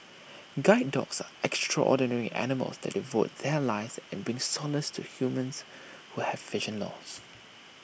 guide dogs are extraordinary animals that devote their lives and bring solace to humans who have vision loss